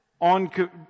on